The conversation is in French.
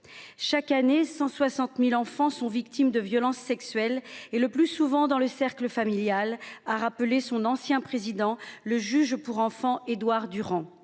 Chaque année, 160 000 enfants sont victimes de violences sexuelles, le plus souvent dans le cercle familial, comme l’a rappelé l’ancien président de la Ciivise, le juge des enfants Édouard Durand.